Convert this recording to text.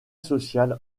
social